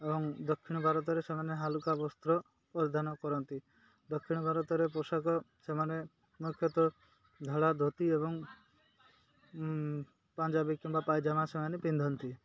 ଏବଂ ଦକ୍ଷିଣ ଭାରତରେ ସେମାନେ ହାଲୁକା ବସ୍ତ୍ର ପ୍ରଧାନ କରନ୍ତି ଦକ୍ଷିଣ ଭାରତରେ ପୋଷାକ ସେମାନେ ମୁଖ୍ୟତଃ ଧଳା ଧୋତି ଏବଂ ପଞ୍ଜାବୀ କିମ୍ବା ପାଇଜାମା ସେମାନେ ପିନ୍ଧନ୍ତି